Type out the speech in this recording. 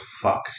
fuck